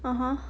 !huh!